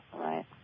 Right